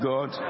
God